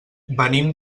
venim